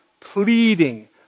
pleading